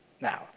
Now